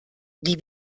die